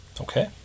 Okay